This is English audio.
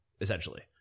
essentially